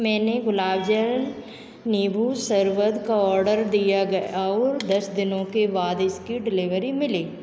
मैंने ग़ुलाबजल नींबू शरबत का आर्डर दिया ग और दस दिनों के बाद इसकी डिलीवरी मिली